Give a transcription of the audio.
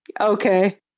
Okay